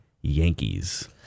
Yankees